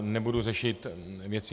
Nebudu řešit věci.